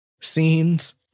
scenes